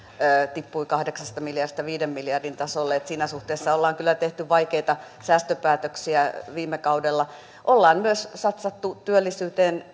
tippui kahdeksasta miljardista viiden miljardin tasolle että siinä suhteessa ollaan kyllä tehty vaikeita säästöpäätöksiä viime kaudella ollaan myös satsattu työllisyyteen